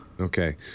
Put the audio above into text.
Okay